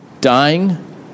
dying